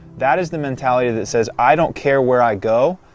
that is the mentality that says, i don't care where i go,